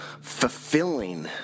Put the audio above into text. fulfilling